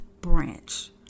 branch